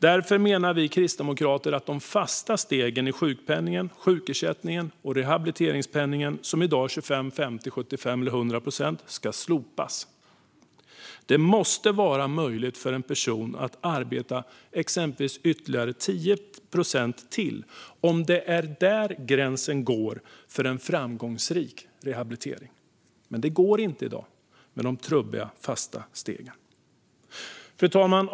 Därför menar vi kristdemokrater att de fasta stegen i sjukpenningen, sjukersättningen och rehabiliteringspenningen som i dag är 25, 50, 75 eller 100 procent ska slopas. Det måste vara möjligt för en person att arbeta exempelvis ytterligare 10 procent, om det är där gränsen går för en framgångsrik rehabilitering. Men det går inte i dag, med de trubbiga, fasta stegen. Fru talman!